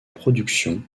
production